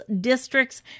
districts